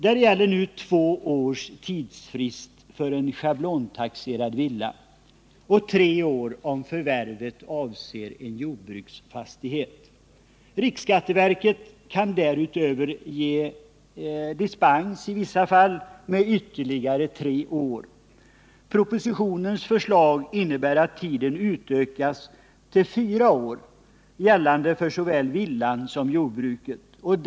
Där gäller nu två års tidsfrist för en schablontaxerad villa och tre år, om förvärvet avser en jordbruksfastighet. Riksskatteverket kan därutöver ge dispens i vissa fall med ytterligare tre år. Propositionens förslag innebär att tiden utökas till fyra år, gällande för såväl villa som jordbruksfastighet.